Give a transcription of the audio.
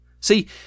See